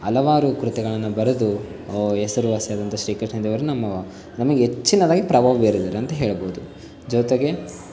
ಹಲವಾರು ಕೃತಿಗಳನ್ನ ಬರೆದು ಹೆಸರುವಾಸಿಯಾದಂತಹ ಶ್ರೀ ಕೃಷ್ಣದೇವರಾಯ ನಮ್ಮ ನಮಗೆ ಹೆಚ್ಚಿನದಾಗಿ ಪ್ರಭಾವ ಬೀರಿದ್ದಾರೆ ಅಂತ ಹೇಳಬಹುದು ಜೊತೆಗೆ